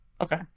okay